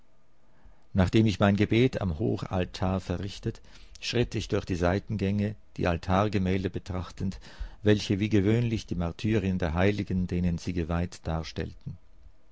nachdem ich mein gebet am hochaltar verrichtet schritt ich durch die seitengänge die altargemälde betrachtend welche wie gewöhnlich die martyrien der heiligen denen sie geweiht darstellten